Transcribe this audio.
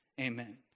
amen